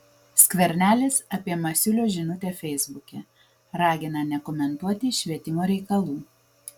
skvernelis apie masiulio žinutę feisbuke ragina nekomentuoti švietimo reikalų